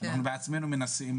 אנחנו בעצמנו מנסים,